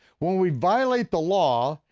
when we violate the law,